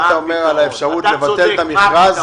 מה אתה אומר על האפשרות לבטל את המכרז?